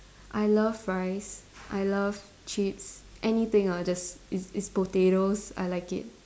I love fries I love chips anything one just is is potatoes I like it